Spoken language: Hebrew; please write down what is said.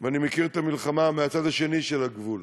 ואני מכיר את המלחמה מהצד האחר של הגבול,